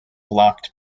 blocked